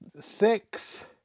six